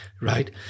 right